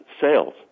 sales